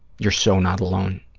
you're so not alone.